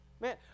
Man